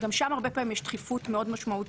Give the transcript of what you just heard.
וגם שם הרבה פעמים יש דחיפות מאוד משמעותית,